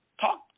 Talk